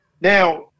Now